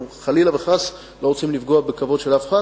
אנחנו חלילה וחס לא רוצים לפגוע בכבוד של אף אחד,